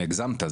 הגזמת,